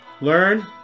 learn